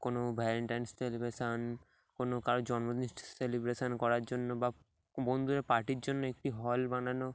কোনো valentines celebration কোনো কারোর জন্মদিন সেলিব্রেশান করার জন্য বা বন্ধুদের পার্টির জন্য একটি হল বানানো